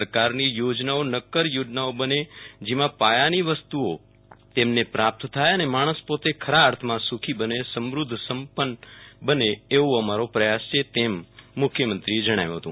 સરકારની યોજનાઓ નક્કર યોજનાઓ બને જેમાં પાયાની વસ્તુઓ તેમને પ્રાપ્તથાય અને માણસ પોતે ખરા અર્થમાં સુખી બને સમ્રધ્ધ સંપન્ન બને એવો અમારો પ્રયાસ છે તેમ મુખ્યમંત્રીએ જણાવ્યું હતું